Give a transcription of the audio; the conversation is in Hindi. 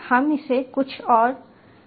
हम इसे कुछ और में भी बदल सकते हैं